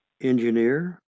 engineer